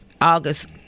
August